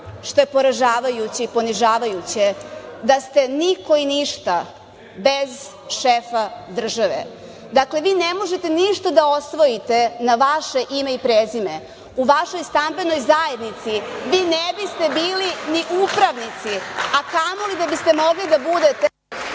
što je poražavajuće i ponižavajuće, da ste niko i ništa bez šefa države. Vi ne možete ništa da osvojite na vaše ime i prezime. U vašoj stambenoj zajednici vi ne biste bili ni upravnici, a kamoli da biste mogli da budete…